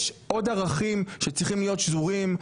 יש עוד ערכים שצריכים להיות שזורים.